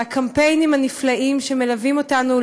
והקמפיינים הנפלאים שמלווים אותנו,